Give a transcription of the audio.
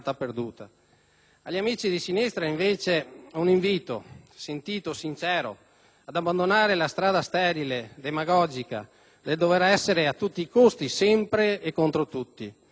ad abbandonare la strada sterile e demagogica del dover essere a tutti costi sempre e contro tutti. Vi rendete conto, cari amici di sinistra, che siete contro la sicurezza